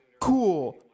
Cool